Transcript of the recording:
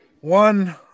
One